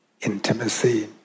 intimacy